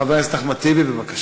חבר הכנסת אחמד טיבי, בבקשה.